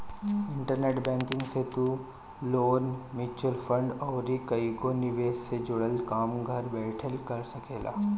internet banking से तू loan, mutual fund अउरी कईगो निवेश से जुड़ल काम घर बैठल कर सकेला